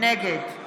נגד